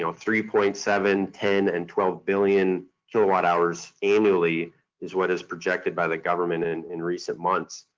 ah three point seven, ten, and twelve billion kilowatt-hours annually is what is projected by the government and in recent months.